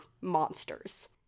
monsters